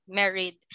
married